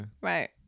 right